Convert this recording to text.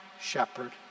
shepherd